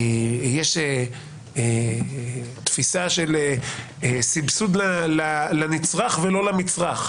היא תפיסה של סבסוד לנצרך ולא למצרך.